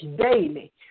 daily